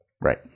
right